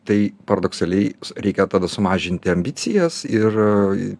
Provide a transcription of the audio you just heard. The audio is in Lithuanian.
tai paradoksaliai reikia tada sumažinti ambicijas ir